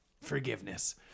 forgiveness